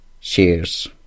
Cheers